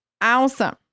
awesome